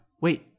wait